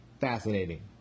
fascinating